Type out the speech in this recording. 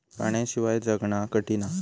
पाण्याशिवाय जगना कठीन हा